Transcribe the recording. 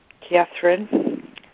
Catherine